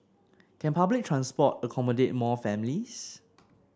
can public transport accommodate more families